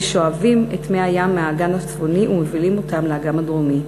ששואבים את מי הים מהאגן הצפוני ומובילים אותם לאגן הדרומי.